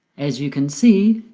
as you can see,